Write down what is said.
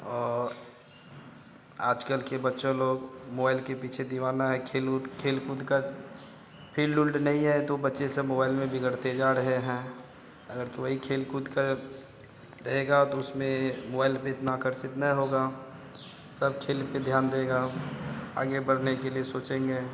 और आज कल के बच्चे लोग मोबाइल के पीछे दीवाना है खेल ऊद खेल कूद का फिल्ड उल्ड नहीं है तो बच्चे सब मोबाइल में बिगड़ते जा रहे हैं अगर तो वही खेल कूद का रहेगा तो उसमें मोबाइल पर इतना अकर्षित ना होगा सब खेल पर ध्यान देगा आगे बढ़ने के लिए सोचेंगे